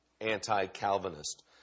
anti-Calvinist